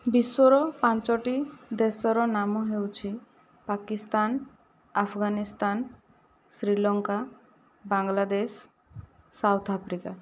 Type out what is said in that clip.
ବିଶ୍ଵର ପାଞ୍ଚୋଟି ଦେଶର ନାମ ହେଉଛି ପାକିସ୍ତାନ ଆଫଗାନିସ୍ତାନ ଶ୍ରୀଲଙ୍କା ବାଙ୍ଗଲାଦେଶ ସାଉଥଆଫ୍ରିକା